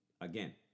Again